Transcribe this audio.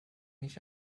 nicht